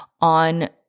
on